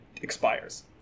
expires